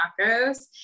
tacos